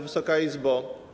Wysoka Izbo!